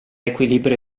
equilibrio